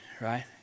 right